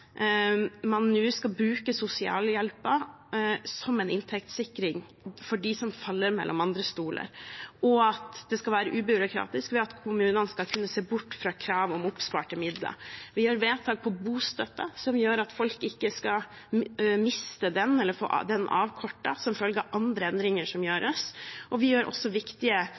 man nå skal bruke sosialhjelpen som en inntektssikring for dem som faller mellom to stoler, og at det skal være ubyråkratisk ved at kommunene skal kunne se bort fra krav om oppsparte midler. Vi gjør vedtak når det gjelder bostøtte, som gjør at folk ikke skal miste den eller få den avkortet som følge av andre endringer som gjøres, og vi gjør også viktige